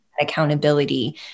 accountability